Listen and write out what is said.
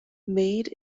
made